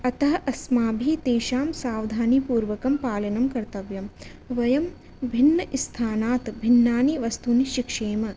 अतः अस्माभिः तेषां सावधानपूर्वकं पालनं कर्तव्यं वयं भिन्नस्थानात् भिन्नानि वस्तूनि शिक्षेम